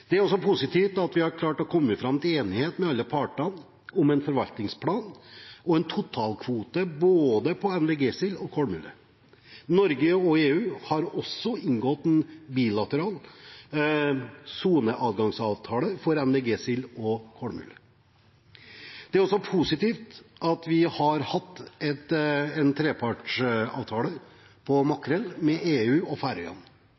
Det er også positivt at vi har klart å komme fram til enighet med alle partene om en forvaltningsplan og en totalkvote både på nvg-sild og kolmule. Norge og EU har også inngått en bilateral soneadgangsavtale for nvg-sild og kolmule. Det er også positivt at vi siden 2014 har hatt en trepartsavtale om makrell med EU og Færøyene med en varighet på